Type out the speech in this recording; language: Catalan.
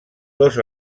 dos